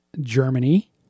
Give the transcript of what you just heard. Germany